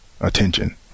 attention